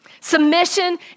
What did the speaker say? Submission